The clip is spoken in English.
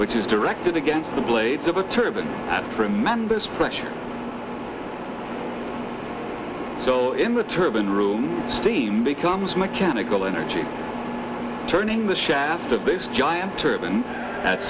which is directed against the blades of a turban at tremendous pressure so in the turban room steam becomes mechanical energy turning the shaft of this giant turban at